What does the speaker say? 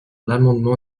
l’amendement